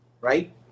right